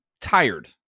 tired